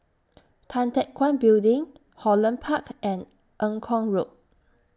Tan Teck Guan Building Holland Park and Eng Kong Road